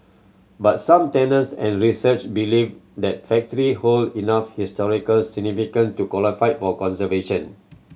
but some tenants and researcher believe that factory hold enough historical significant to qualify for conservation